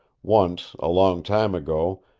once, a long time ago,